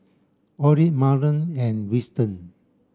Orley Marlen and Wilton